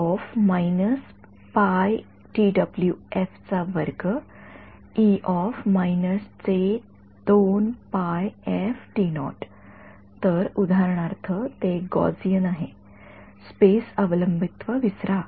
तर उदाहरणार्थ ते एक गॉसिअन आहे स्पेस अवलंबित्व विसरा